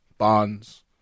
bonds